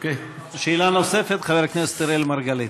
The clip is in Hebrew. שאלה נוספת, חבר הכנסת אראל מרגלית.